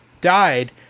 died